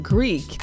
Greek